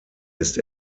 ist